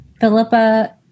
Philippa